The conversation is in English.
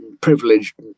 privileged